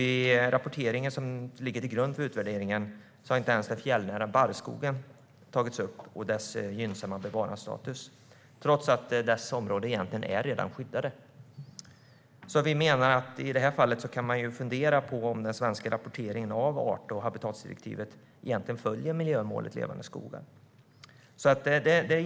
I rapporteringen som ligger till grund för utvärderingen har inte ens den fjällnära barrskogen och dess gynnsamma bevarandestatus tagits upp, trots att dessa områden redan är skyddade. Vi menar att man i det här fallet kan fundera över om den svenska rapporteringen av art och habitatsdirektivet egentligen följer miljömålet Levande skogar.